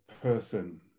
person